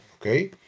okay